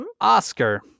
Oscar